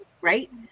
right